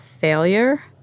failure